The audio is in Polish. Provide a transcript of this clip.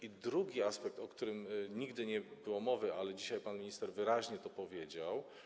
I drugi aspekt, o którym nigdy wcześniej nie było mowy, ale dzisiaj pan minister wyraźnie to powiedział.